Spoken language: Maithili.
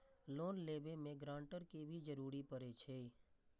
लोन लेबे में ग्रांटर के भी जरूरी परे छै?